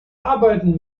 arbeiten